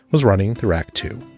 was running through act two.